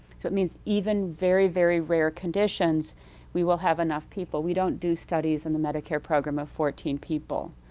so it means even very, very rare conditions we will have enough people. we don't do studies in the medicare program of fourteen people.